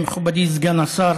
מכובדי סגן השר,